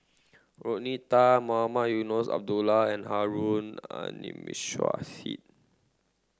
Rodney Tan Mohamed Eunos Abdullah and Harun Aminurrashid